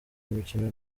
imikino